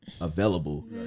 available